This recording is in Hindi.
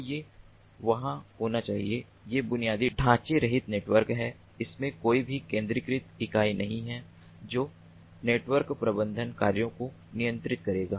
तो ये वहाँ होना चाहिए ये बुनियादी ढाँचे रहित नेटवर्क हैं इनमें कोई भी केंद्रीकृत इकाई नहीं है जो नेटवर्क प्रबंधन कार्यों को नियंत्रित करेगा